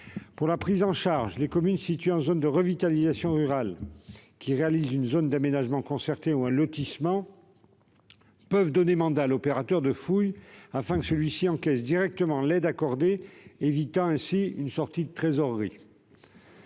Pour les prises en charge, les communes situées en zone de revitalisation rurale qui réalisent une zone d'aménagement concerté ou un lotissement peuvent donner mandat à l'opérateur de fouilles pour encaisser directement l'aide accordée, ce qui permet d'éviter une sortie de trésorerie.